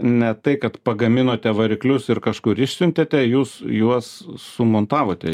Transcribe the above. ne tai kad pagaminote variklius ir kažkur išsiuntėte jūs juos sumontavote